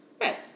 Right